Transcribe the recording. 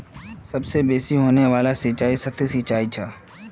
सबसे बेसि होने वाला सिंचाई सतही सिंचाई छ